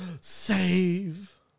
save